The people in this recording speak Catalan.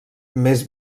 més